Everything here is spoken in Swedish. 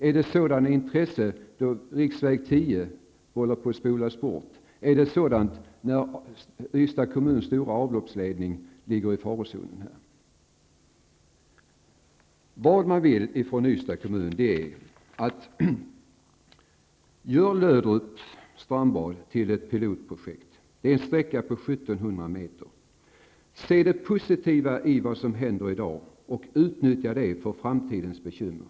Är det då riksväg 10 håller på att spolas bort? Är det då Ystads kommuns stora avloppsledning ligger i farozonen? Ystads kommun vill att man gör Löderups strandbad till ett pilotprojekt -- det är en sträcka på 1 700 meter -- och att man ser det positiva i vad som händer i dag och utnyttjar det med tanke på framtidens bekymmer.